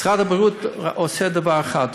משרד הבריאות עושה דבר אחד,